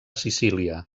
sicília